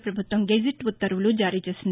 ప్రపభుత్వం గెజిట్ ఉత్తర్వులు జారీ చేసింది